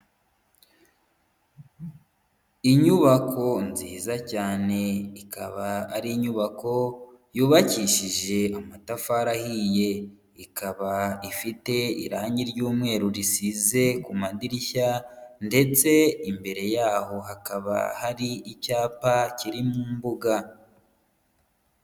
Inyubako nziza cyane, ikaba ari inyubako yubakishije amatafari ahiye, ikaba ifite irangi ry'umweru risize ku madirishya, ndetse imbere yaho hakaba hari icyapa kiri mu mbuga.